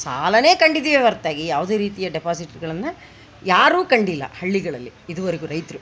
ಸಾಲ ಕಂಡಿದ್ದಿವಿ ಹೊರತಾಗಿ ಯಾವುದೇ ರೀತಿಯ ಡೆಪಾಸಿಟ್ಗಳನ್ನು ಯಾರು ಕಂಡಿಲ್ಲ ಹಳ್ಳಿಗಳಲ್ಲಿ ಇದುವರೆಗು ರೈತರು